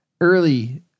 early